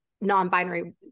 non-binary